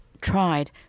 tried